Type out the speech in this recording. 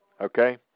okay